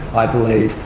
i believe,